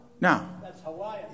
Now